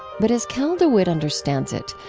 but as cal dewitt understands it,